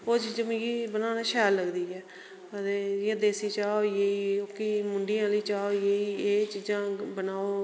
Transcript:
ओह् चीजां मिगी बनाना शैल लगदी ऐ ते इयां देसी चाह् होई गेई कि मुंढी आहली चाह् होई गेई ऐ चीजां बनाओ